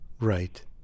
Right